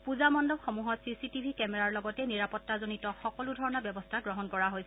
পূজা মণ্ডপসমূহত চিচিটিভি কেমেৰাৰ লগতে নিৰাপত্তাজনিত সকলো ধৰণৰ ব্যৱস্থা গ্ৰহণ কৰা হৈছে